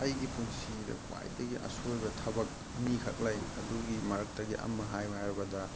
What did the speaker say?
ꯑꯩꯒꯤ ꯄꯨꯟꯁꯤꯗ ꯈ꯭ꯋꯥꯏꯗꯒꯤ ꯑꯁꯣꯏꯕ ꯊꯕꯛ ꯑꯅꯤꯈꯛ ꯂꯩ ꯑꯗꯨꯒꯤ ꯃꯔꯛꯇꯒꯤ ꯑꯃ ꯍꯥꯏꯌꯨ ꯍꯥꯏꯔꯕꯗ